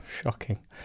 Shocking